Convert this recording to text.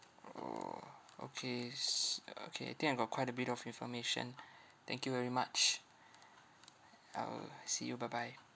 orh okays okay I think I got quite a bit of information thank you very much uh see you bye bye